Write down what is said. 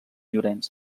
llorenç